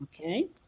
Okay